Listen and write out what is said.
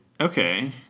Okay